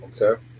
Okay